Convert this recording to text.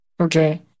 Okay